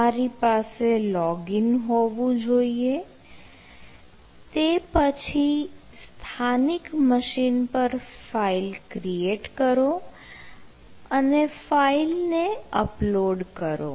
તમારી પાસે લોગીન હોવું જોઈએ તે પછી સ્થાનિક મશીન પર ફાઇલ ક્રીએટ કરો અને ફાઈલને અપલોડ કરો